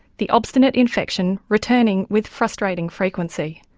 the obstinate infection returning with frustrating frequency.